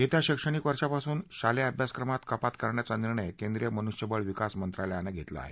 येत्या शैक्षणिक वर्षापासून शालेय अभ्यासक्रमात कपात करण्याचा निर्णय केंद्रीय मनुष्यबळ विकास मंत्रालयानं घेतला आहे